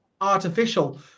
artificial